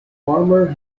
former